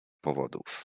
powodów